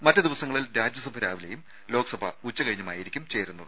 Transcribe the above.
മറ്റ് ദിവസങ്ങളിൽ രാജ്യസഭ രാവിലെയും ലോക്സഭ ഉച്ചകഴിഞ്ഞുമായിരിക്കും ചേരുന്നത്